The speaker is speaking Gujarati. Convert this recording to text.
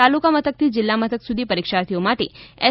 તાલુકા મથકથી જિલ્લા મથક સુધી પરિક્ષાર્થીઓ માટે એસ